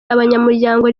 abanyamuryango